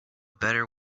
better